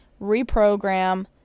reprogram